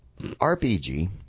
RPG